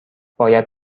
باید